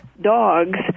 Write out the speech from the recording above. dogs